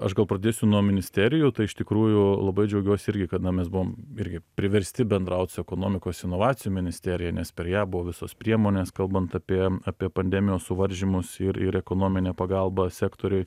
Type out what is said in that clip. aš gal pradėsiu nuo ministerijų tai iš tikrųjų labai džiaugiuos irgi kad na mes buvom irgi priversti bendraut su ekonomikos inovacijų ministerija nes per ją buvo visos priemonės kalbant apie apie pandemijos suvaržymus ir ir ekonominę pagalbą sektoriui